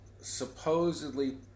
supposedly